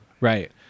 Right